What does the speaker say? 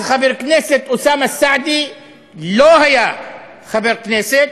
אז חבר הכנסת אוסאמה סעדי לא היה חבר כנסת,